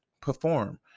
perform